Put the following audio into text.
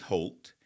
Holt